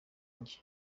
njye